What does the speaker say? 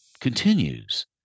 Continues